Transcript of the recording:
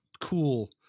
cool